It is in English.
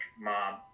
mob